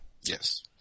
Yes